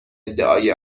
ادعای